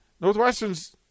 Northwestern's